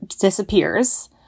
disappears